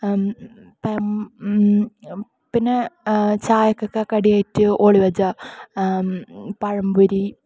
ഇപ്പം പിന്നെ ചായക്കൊക്കെ കടി ആയിട്ട് ഒലുബജ പഴംപൊരി